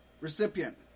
recipient